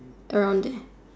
around there